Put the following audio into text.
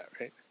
right